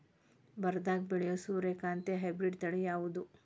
ಬರದಾಗ ಬೆಳೆಯೋ ಸೂರ್ಯಕಾಂತಿ ಹೈಬ್ರಿಡ್ ತಳಿ ಯಾವುದು?